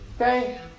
Okay